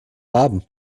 haben